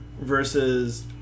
versus